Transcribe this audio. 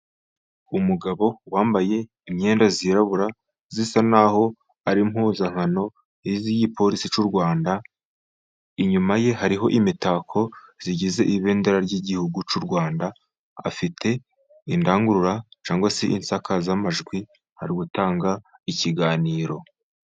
Umugabo wambaye imyenda yirabura isa n'aho ari impuzankano y'igipolisi cy'u Rwanda, inyuma ye hariho imitako igize ibendera ry'gihugu cy'u Rwanda, afite indangurura cyangwa se insakazamajwi, ari gutanga ikiganiro.